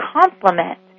complement